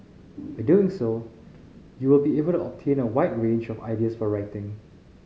by doing so you will be able to obtain a wide range of ideas for writing